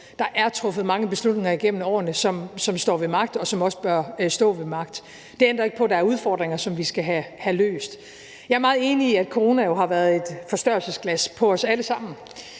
Der er truffet mange beslutninger igennem årene, som står ved magt, og som også bør stå ved magt. Det ændrer ikke på, at der er udfordringer, som vi skal have løst. Jeg er meget enig i, at corona jo har været et forstørrelsesglas på os alle sammen